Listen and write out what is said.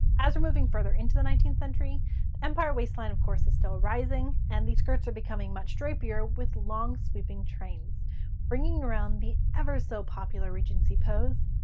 as we're moving further into the nineteenth century empire waist line of course is still rising and these skirts are becoming much drapier with long sweeping trains bringing around the ever-so-popular regency pose.